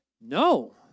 No